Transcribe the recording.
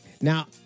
Now